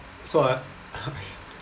so I